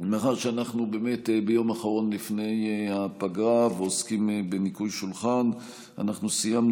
קטי קטרין שטרית ומיקי לוי בנושא: הזיהומים